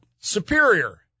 superior